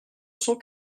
cent